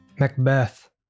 Macbeth